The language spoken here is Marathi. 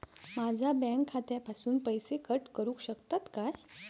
माझ्या बँक खात्यासून पैसे कट करुक शकतात काय?